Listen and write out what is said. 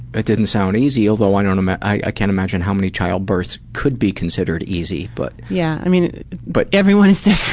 it didn't sound easy, although, i um ah i can't imagine how many child births could be considered easy, but yea, yeah i mean but everyone is different.